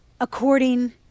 according